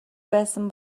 байсан